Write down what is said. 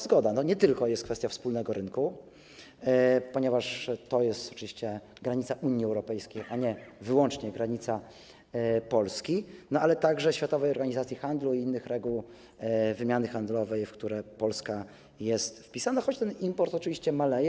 Zgoda, nie tylko jest kwestia wspólnego rynku, ponieważ to jest oczywiście granica Unii Europejskiej, a nie wyłącznie granica Polski, ale jest także kwestia Światowej Organizacji Handlu i innych reguł wymiany handlowej, w które Polska jest wpisana, choć ten import oczywiście maleje.